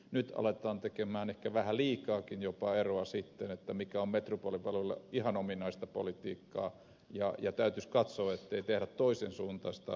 nyt aletaan tehdä ehkä vähän liikaakin jopa eroa siinä mikä on metropolipuolella ihan ominaista politiikkaa ja täytyisi katsoa ettei tehdä toisen suuntaista vastakkainasettelua